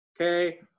Okay